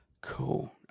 cool